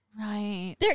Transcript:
Right